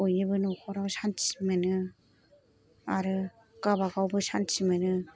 बयनिबो न'खराव शान्ति मोनो आरो गावबागावबो शान्ति मोनो